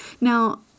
Now